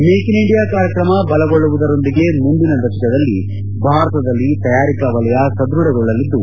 make in India ಕಾರ್ಯಕ್ರಮ ಬಲಗೊಳ್ಳುವುದರೊಂದಿಗೆ ಮುಂದಿನ ದಶಕದಲ್ಲಿ ಭಾರತದಲ್ಲಿ ತಯಾರಿಕಾ ವಲಯ ಸದೃಢಗೊಳ್ಳಲಿದ್ದು